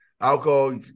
alcohol